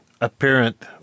apparent